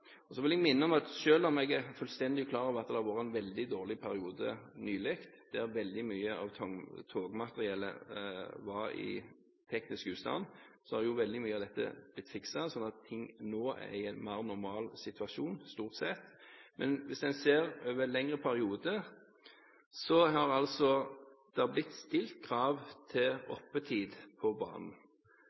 Så vil jeg minne om at selv om jeg er fullstendig klar over at det har vært en veldig dårlig periode nylig, der veldig mye av togmateriellet har vært i teknisk ustand, har jo veldig mye av dette blitt fikset, sånn at ting nå stort sett er i en mer normal situasjon. Men hvis en ser over en lengre periode, er det blitt stilt krav til oppetid på banen.